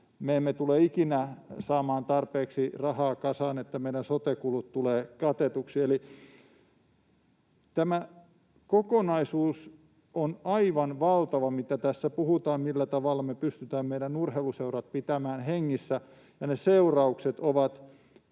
me emme tule ikinä saamaan tarpeeksi rahaa kasaan, että meidän sote-kulumme tulevat katetuiksi. Eli tämä kokonaisuus on aivan valtava, mistä tässä puhutaan, millä tavalla me pystytään meidän urheiluseurat pitämään hengissä, ja ne seuraukset ovat